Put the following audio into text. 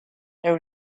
there